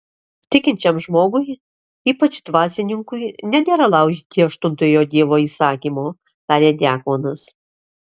tikinčiam žmogui ypač dvasininkui nedera laužyti aštuntojo dievo įsakymo tarė diakonas